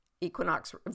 equinox